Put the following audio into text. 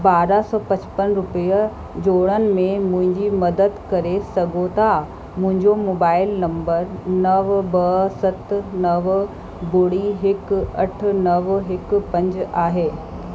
ॿारहं सौ पचपन रुपया जोड़नि में मुंहिंजी मदद करे सघो था मुंहिंजो मोबाइल नम्बर नव ॿ सत नव ॿुड़ी हिकु अठ नव हिकु पंज आहे